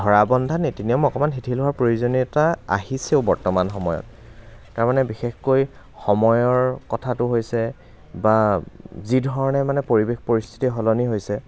ধৰা বন্ধা নীতি নিয়ম অকণমান শিথিল হোৱাৰ প্ৰয়োজনীয়তা আহিছেও বৰ্তমান সময়ত তাৰ মানে বিশেষকৈ সময়ৰ কথাটো হৈছে বা যিধৰণে মানে পৰিৱেশ পৰিস্থিতি সলনি হৈছে